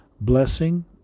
blessing